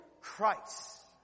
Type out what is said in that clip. Christ